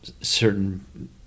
certain